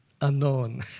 unknown